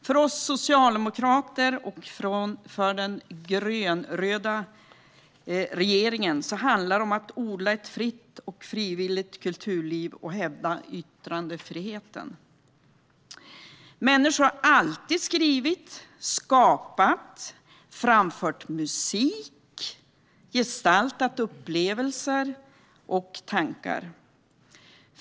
För oss socialdemokrater och för den grönröda regeringen handlar det om att odla ett fritt och frivilligt kulturliv och hävda yttrandefriheten. Människor har alltid skrivit, skapat, framfört musik och gestaltat upplevelser och tankar.